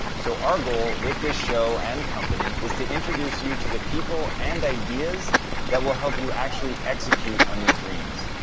so our goal with this show and company is to introduce you to the people and ideas that will help you actually execute on your dreams